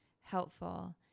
helpful